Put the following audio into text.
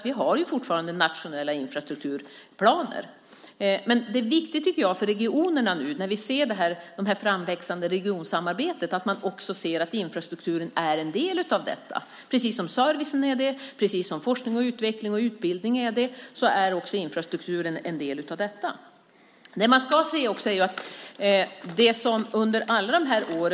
Vi har ju fortfarande nationella infrastrukturplaner. När vi nu ser det framväxande regionsamarbetet är det viktigt att man också ser att infrastrukturen är en del av detta. Precis som service, forskning, utbildning och utveckling är också infrastrukturen en del av detta.